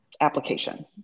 application